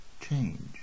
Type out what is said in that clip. change